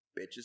Bitches